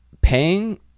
paying